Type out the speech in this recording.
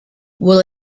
will